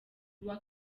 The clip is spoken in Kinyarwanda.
uwa